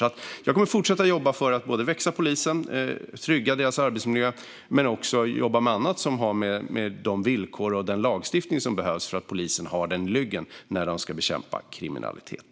Jag kommer att fortsätta att jobba för att polisen ska växa, för att trygga deras arbetsmiljö och jobba med annat som har att göra med de villkor och den lagstiftning som polisen behöver ha i ryggen när de ska bekämpa kriminalitet.